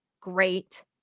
Great